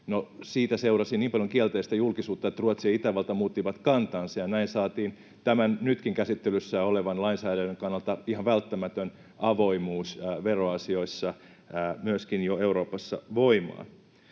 siitä seurasi niin paljon kielteistä julkisuutta, että Ruotsi ja Itävalta muuttivat kantansa ja näin saatiin tämän nytkin käsittelyssä olevan lainsäädännön kannalta ihan välttämätön avoimuus veroasioissa myöskin jo Euroopassa voimaan.